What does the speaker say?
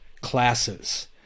classes